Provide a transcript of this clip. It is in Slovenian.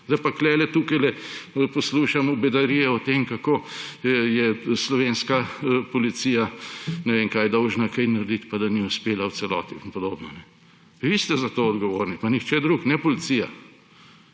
Zdaj pa tu poslušamo bedarije o tem, kako je slovenska policija ne vem kaj dolžna narediti pa da ni uspela v celoti in podobno. Vi ste za to odgovorni, nihče drug, ne policija.